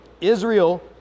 Israel